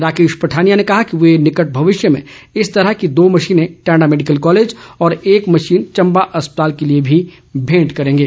राकेश पठानिया ने कहा कि वे निकट भविष्य में इस तरह की दो मशीनें टांडा मेडिकल कॉलेज और एक मशीन चंबा अस्पताल के लिए भी भेंट करेंगे